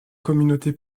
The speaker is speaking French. communauté